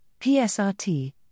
PSRT